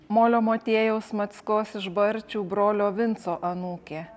molio motiejaus mackos iš barčių brolio vinco anūkė